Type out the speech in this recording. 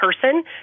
person